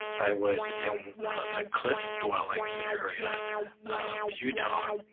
i was in the cliff dwellings ah area of utah.